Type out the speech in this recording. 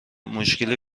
مشکلی